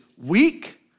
weak